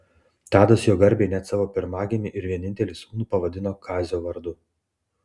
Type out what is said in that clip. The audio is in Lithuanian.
tadas jo garbei net savo pirmagimį ir vienintelį sūnų pavadino kazio vardu